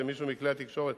כשמישהו מכלי-התקשורת